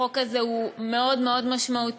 החוק הזה הוא מאוד מאוד משמעותי,